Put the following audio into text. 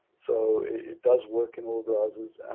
so it does work in all the browsers.